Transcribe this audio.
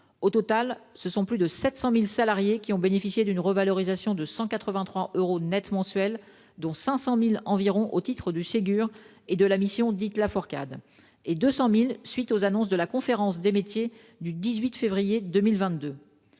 Au total, ce sont près de 700 000 salariés qui ont bénéficié d'une revalorisation de 183 euros net mensuels, dont environ 500 000 au titre du Ségur et de la mission dite Laforcade, et 200 000 à la suite des annonces de la Conférence des métiers du 18 février 2022.